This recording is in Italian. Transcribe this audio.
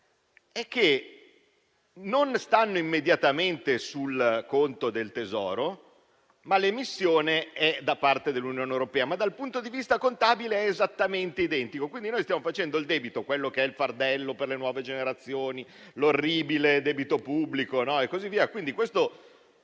è che non stanno immediatamente sul conto del Tesoro, ma l'emissione è da parte dell'Unione europea; dal punto di vista contabile è però esattamente identico, quindi stiamo facendo debito, ossia il fardello per le nuove generazioni, l'orribile debito pubblico e così via